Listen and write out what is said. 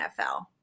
NFL